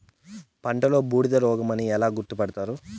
పంటలో బూడిద రోగమని ఎలా గుర్తుపడతారు?